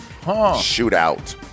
Shootout